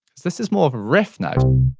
this is more of a riff now,